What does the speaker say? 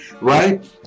right